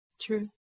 True